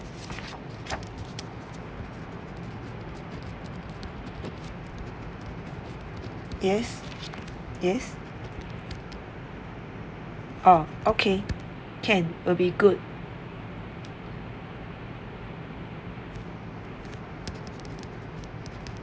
yes yes orh okay can will be good